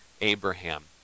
abraham